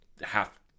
half